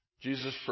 Jesus